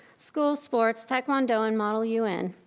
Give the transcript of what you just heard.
school sports, taekwondo, and model un.